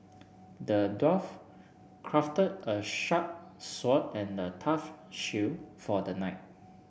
the dwarf crafted a sharp sword and a tough shield for the knight